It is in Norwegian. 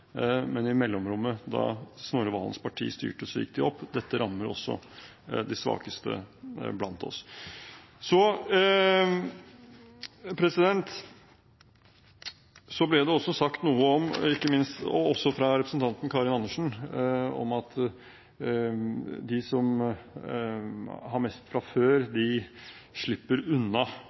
men i mellomrommet – da Snorre Serigstad Valens parti styrte – gikk de opp. Dette rammer også de svakeste blant oss. Det ble også sagt noe, ikke minst fra representanten Karin Andersen, om at de som har mest fra før, slipper unna